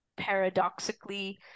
paradoxically